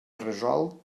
resolt